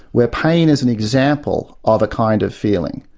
where pain is an example of a kind of feeling?